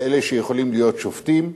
כאלה שיכולים להיות שופטים,